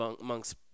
amongst